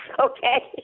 Okay